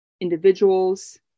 individuals